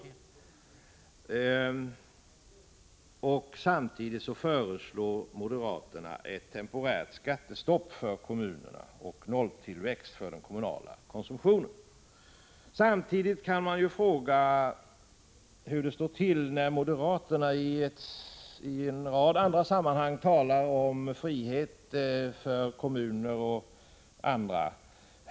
Samtidigt föreslår moderaterna ett temporärt skattestopp för kommunerna och nolltillväxt för den kommunala konsumtionen. Man kan ju fråga hur det står till när moderaterna i andra sammanhang talar om frihet för kommuner och andra.